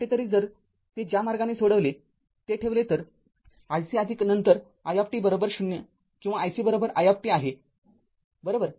कुठेतरी जर ते ज्या मार्गाने सोडविले ते ठेवले तर iC नंतर i ० किंवा iC i आहेबरोबर